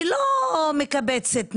היא לא מקבצת נדבות.